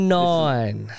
nine